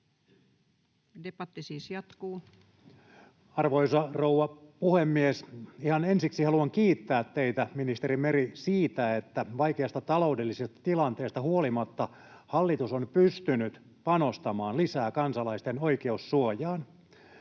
Arvoisa rouva puhemies! Ihan ensiksi haluan kiittää teitä, ministeri Meri, siitä, että vaikeasta taloudellisesta tilanteesta huolimatta hallitus on pystynyt panostamaan lisää kansalaisten oikeussuojaan.